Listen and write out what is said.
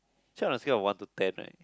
actually on the scale of one to ten right